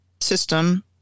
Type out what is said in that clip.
system